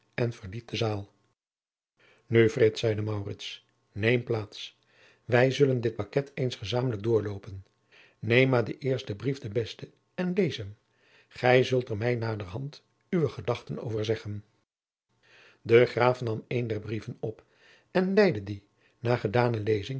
en verliet de zaal nu frits zeide maurits neem plaats wij zullen dit paket eens gezamenlijk doorloopen neem maar den eersten brief den besten en lees hem gij zult er mij naderhand uwe gedachten over zeggen de graaf nam een der brieven op en leide dien na gedane lezing